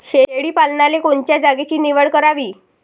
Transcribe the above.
शेळी पालनाले कोनच्या जागेची निवड करावी?